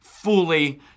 fully